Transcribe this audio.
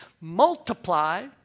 multiply